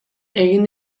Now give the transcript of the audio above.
egin